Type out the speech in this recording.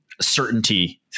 certainty